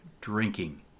drinking